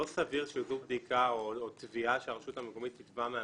לא סביר שגוף בדיקה או מי שהרשות המקומית תקבע,